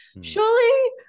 surely